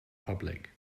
public